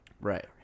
Right